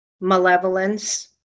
malevolence